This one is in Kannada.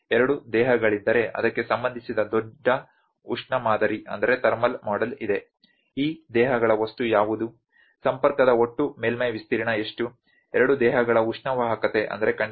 ಎರಡು ದೇಹಗಳಿದ್ದರೆ ಅದಕ್ಕೆ ಸಂಬಂಧಿಸಿದ ದೊಡ್ಡ ಉಷ್ಣ ಮಾದರಿ ಇದೆ ಈ ದೇಹಗಳ ವಸ್ತು ಯಾವುದು ಸಂಪರ್ಕದ ಒಟ್ಟು ಮೇಲ್ಮೈ ವಿಸ್ತೀರ್ಣ ಎಷ್ಟು ಎರಡು ದೇಹಗಳ ಉಷ್ಣವಾಹಕತೆ ಏನು